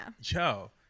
joe